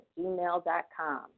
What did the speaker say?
gmail.com